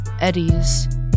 Eddie's